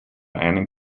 einen